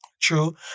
True